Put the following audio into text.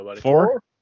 Four